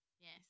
yes